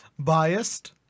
Biased